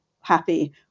happy